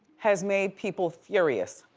has made people furious.